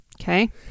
Okay